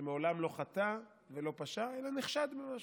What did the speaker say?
שמעולם לא חטא ולא פשע אלא נחשד במשהו.